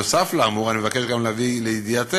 נוסף על האמור, אני מבקש גם להביא לידיעתך